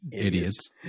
Idiots